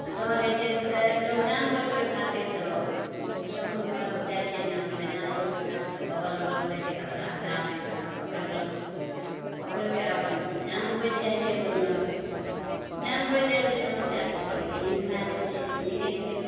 तऽ डर होइ छै तऽ लोग जान बचबय खातिर तऽ समुन्द्रमे जाइ छै नहबय लए जान बचबय खातिर तऽ बगल अगल रहय कतराके झाड़ रहय छै ओकरा पकड़ि लेलहुँ पकड़िके अपन जान बचि जाइ छै ओइमे जान बचि जाइ छै समस्या कऽ हल ओहिमे भए जाइ छै तऽ निकलि गेलहुँ